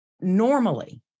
Normally